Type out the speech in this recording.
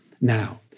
now